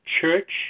church